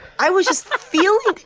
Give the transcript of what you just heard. i was just feeling.